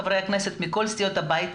חברי כנסת מכל סיעות הבית,